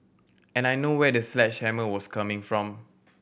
and I know where the sledgehammer was coming from